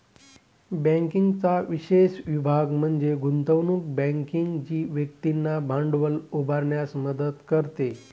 बँकिंगचा विशेष विभाग म्हणजे गुंतवणूक बँकिंग जी व्यक्तींना भांडवल उभारण्यास मदत करते